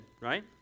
right